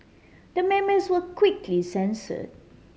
the memes were quickly censor